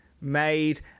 made